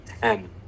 ten